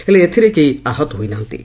ହେଲେ ଏଥିରେ କେହି ଆହତ ହୋଇ ନାହାନ୍ତି